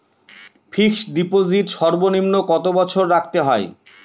Fixed deposit সর্বনিম্ন কত বছর রাখতে হয়?